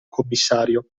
commissario